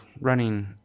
running